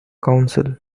council